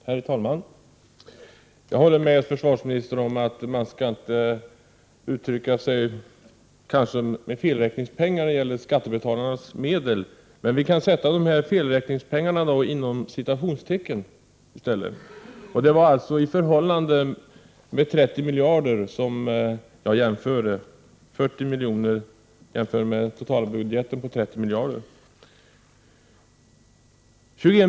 Herr talman! Jag håller med försvarsministern om att man inte skall tala om felräkningspengar när man talar om skattebetalares medel. Men vi kan väl säga att vi sätter ordet felräkningspengar inom citationstecken. Jag jämförde i mitt anförande alltså 40 miljoner med totalbudgeten för försvaret på 30 miljarder.